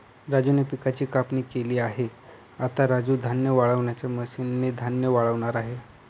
राजूने पिकाची कापणी केली आहे, आता राजू धान्य वाळवणाच्या मशीन ने धान्य वाळवणार आहे